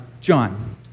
John